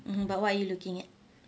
mmhmm but what are you looking at